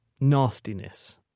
nastiness